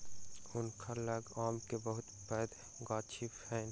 हुनका लग आम के बहुत पैघ गाछी छैन